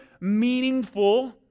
meaningful